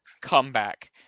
comeback